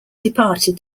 departed